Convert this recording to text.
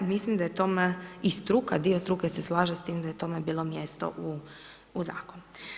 Mislim da je tome i struke, dio struke se slaže s time, da je tome bilo mjesto u zakonu.